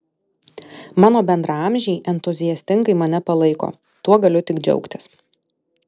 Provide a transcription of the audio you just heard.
mano bendraamžiai entuziastingai mane palaiko tuo galiu tik džiaugtis